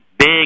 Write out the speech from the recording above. Big